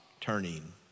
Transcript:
turning